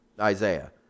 Isaiah